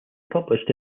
published